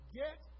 get